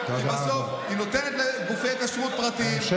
כי בסוף היא נותנת לגופי כשרות פרטיים,